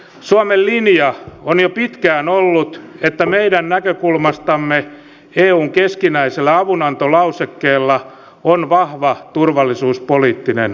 suomen linja on jo pitkään ollut että meidän näkökulmastamme eun keskinäisellä avunantolausekkeella on vahva turvallisuuspoliittinen merkitys